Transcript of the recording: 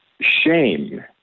shame